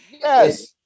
Yes